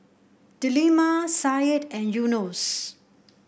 Delima Said and Yunos